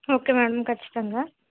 okay madam ఖచ్చితంగా